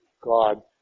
God